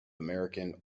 american